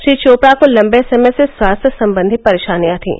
श्री चोपड़ा को लंबे समय से स्वास्थ्य संबंधी परेशानियां थीं